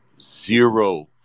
zero